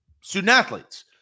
student-athletes